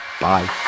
Bye